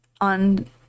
on